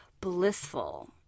blissful